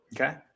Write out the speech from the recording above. Okay